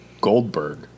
Goldberg